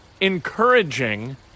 encouraging